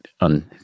on